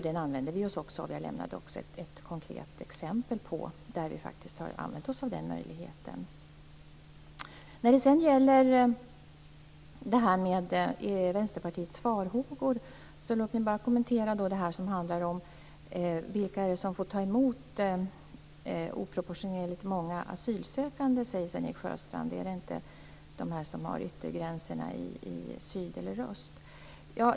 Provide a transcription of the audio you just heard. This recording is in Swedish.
Den använder vi oss också av. Jag lämnade också ett konkret exempel på att vi faktiskt har använt oss av den möjligheten. När det sedan gäller Vänsterpartiets farhågor vill jag kommentera vilka det är som får ta emot oproportionerligt många asylsökande. Sven-Erik Sjöstrand undrar om det inte är de länder som har yttergränser i syd eller öst.